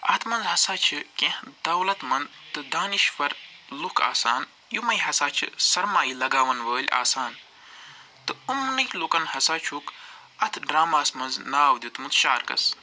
اتھ منٛز ہَسا چھِ کیٚنٛہہ دولت منٛد تہٕ دانِشوَر لُکھ آسان یِمَے ہَسا چھِ سرمایہِ لگاوَن وٲلۍ آسان تہٕ یِمنٕے لُکن ہسا چھُکھ اتھ ڈرٛاماہس منٛز ناو دیُتمُت شارکٕس